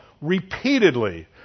repeatedly